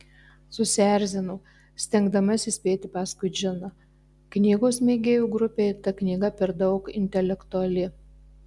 susierzino stengdamasi spėti paskui džiną knygos mėgėjų grupei ta knyga per daug intelektuali